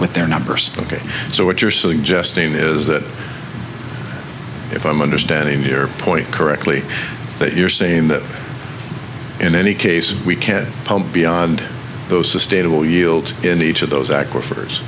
with their numbers ok so what you're suggesting is that if i'm understanding here point correctly but you're saying that in any case we can beyond those sustainable yield in each of those aquifers